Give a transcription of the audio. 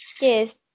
Yes